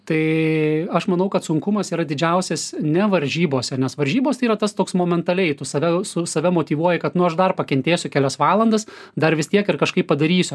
tai aš manau kad sunkumas yra didžiausias ne varžybose nes varžybos tai yra tas toks momentaliai tu save su save motyvuoji kad nu aš dar pakentėsiu kelias valandas dar vis tiek ir kažkaip padarysiu